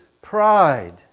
pride